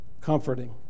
comforting